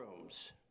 rooms